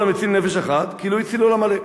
"כל המציל נפש אחת כאילו הציל עולם מלא".